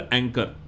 anchor